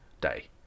day